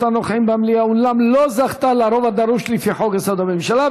הנוכחים במליאה אולם לא זכתה לרוב הדרוש לפי חוק-יסוד: הממשלה,